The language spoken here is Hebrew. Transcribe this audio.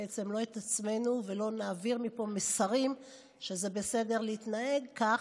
עצמנו ולא נעביר מפה מסרים שזה בסדר להתנהג כך,